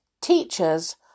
Teachers